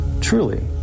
Truly